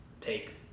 take